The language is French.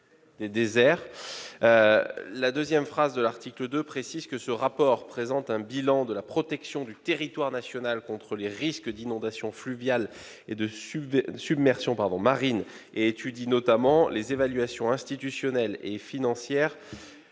La deuxième phrase de l'article 2 précise que ce rapport présente « un bilan de la protection du territoire national contre les risques d'inondations fluviales et de submersion marine et étudie notamment les évolutions institutionnelles et financières